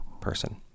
person